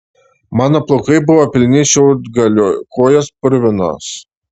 mano plaukai buvo pilni šiaudgalių kojos purvinos